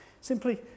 simply